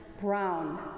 brown